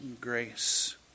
grace